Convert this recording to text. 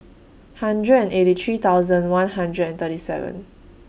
hundred and eighty three thousand one hundred and thirty seven